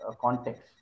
context